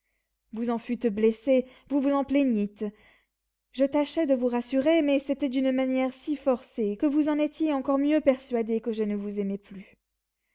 vous en fûtes blessé vous vous en plaignîtes je tâchais de vous rassurer mais c'était d'une manière si forcée que vous en étiez encore mieux persuadé que je ne vous aimais plus